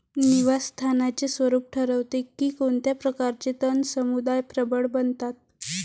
निवास स्थानाचे स्वरूप ठरवते की कोणत्या प्रकारचे तण समुदाय प्रबळ बनतात